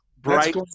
bright